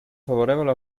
favorevole